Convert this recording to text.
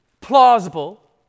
plausible